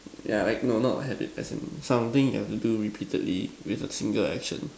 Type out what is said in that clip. ya like no not a habit as in something you have to do repeatedly with a tangled action